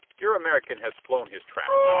your american has flown his trap.